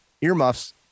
earmuffs